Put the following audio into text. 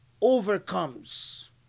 overcomes